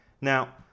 Now